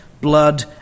blood